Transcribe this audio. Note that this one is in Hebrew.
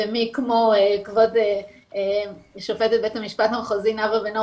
ומי כמו כבוד שופטת בית המשפט המחוזי נאוה בן אור